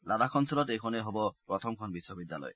লাডাখ অঞ্চলত এইখনেই হব প্ৰথমখন বিশ্ববিদ্যালয়